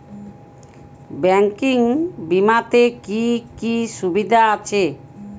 Banking বিমাতে কি কি সুবিধা আছে?